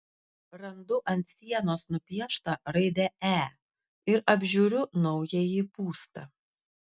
randu ant sienos nupieštą raidę e ir apžiūriu naująjį būstą